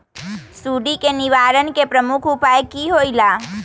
सुडी के निवारण के प्रमुख उपाय कि होइला?